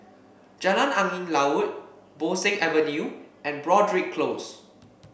Jalan Angin Laut Bo Seng Avenue and Broadrick Close